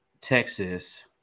Texas